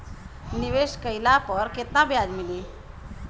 निवेश काइला पर कितना ब्याज मिली?